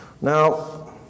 Now